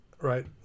right